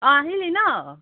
অ' আহিলি ন